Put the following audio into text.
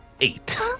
eight